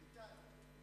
איתן,